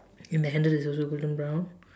and the handle is also golden brown